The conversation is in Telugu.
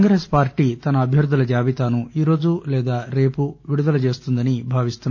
కాంగ్రెస్ పార్టీ తన అభ్యర్దుల జాబితాను ఈరోజు లేదా రేపు విడుదల చేస్తుందని భావిస్తున్నారు